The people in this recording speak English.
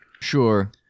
Sure